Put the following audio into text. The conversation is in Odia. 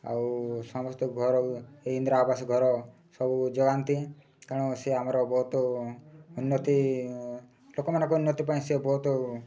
ଆଉ ସମସ୍ତେ ଘର ଇନ୍ଦିରା ଆବାସ ଘର ସବୁ ଯୋଗାନ୍ତି କାରଣ ସେ ଆମର ବହୁତ ଉନ୍ନତି ଲୋକମାନଙ୍କ ଉନ୍ନତି ପାଇଁ ସିଏ ବହୁତ